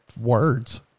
words